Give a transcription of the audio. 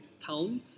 town